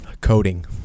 Coding